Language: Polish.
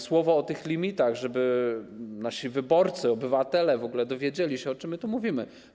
Słowo o tych limitach, żeby nasi wyborcy, obywatele w ogóle dowiedzieli się, o czym tu mówimy.